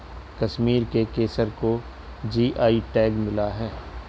कश्मीर के केसर को जी.आई टैग मिला है